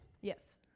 Yes